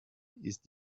ist